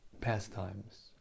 pastimes